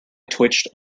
twitched